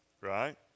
right